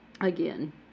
Again